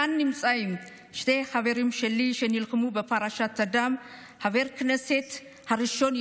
כאן נמצאים שני חברים שלי שנלחמו בפרשת הדם: חבר הכנסת הראשון,